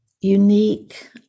unique